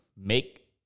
make